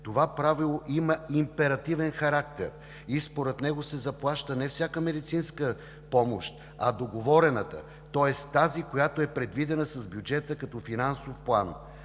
Това правило има императивен характер и според него се заплаща не всяка медицинска помощ, а договорената, тоест тази, която е предвидена с бюджета като финансов план.